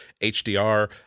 HDR